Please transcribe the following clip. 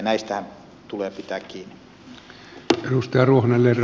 ja näistähän tulee pitää kiinni